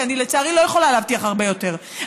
כי לצערי אני לא יכולה להבטיח הרבה יותר,